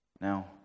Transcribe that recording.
Now